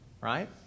right